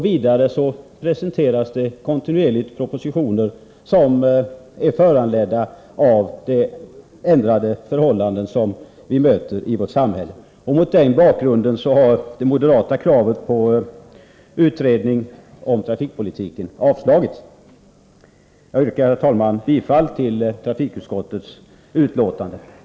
Vidare presenteras kontinuerligt propositioner, som är föranledda av de ändrade förhållanden vi möter i vårt samhälle. Mot denna bakgrund har det moderata kravet på utredning av trafikpolitiken avstyrkts. Jag yrkar, herr talman, bifall till trafikutskottets hemställan i betänkandet.